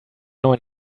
neuen